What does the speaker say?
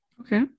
Okay